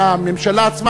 מהממשלה עצמה,